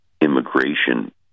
immigration